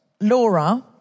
Laura